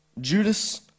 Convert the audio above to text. Judas